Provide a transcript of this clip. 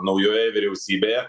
naujoje vyriausybėje